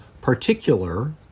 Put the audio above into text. particular